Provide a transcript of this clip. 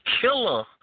Killer